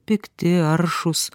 pikti aršūs